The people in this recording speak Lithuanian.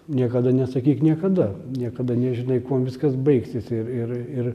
niekada nesakyk niekada niekada nežinai kuom viskas baigsis ir ir ir